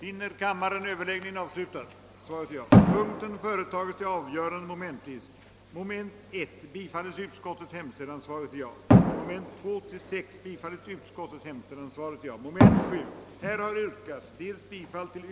Herr talman! Låt mig bara säga att det inte råder någon som helst oenighet inom utskottet när det gäller betydelsen av teknisk forskning och utveckling.